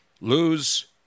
lose